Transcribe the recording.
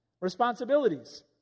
Responsibilities